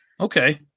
Okay